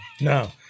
No